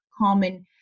common